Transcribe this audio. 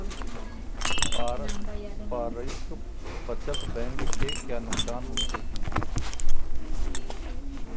पारस्परिक बचत बैंक के क्या नुकसान होते हैं?